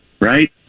right